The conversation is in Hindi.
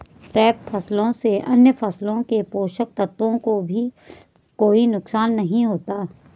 ट्रैप फसलों से अन्य फसलों के पोषक तत्वों को भी कोई नुकसान नहीं होता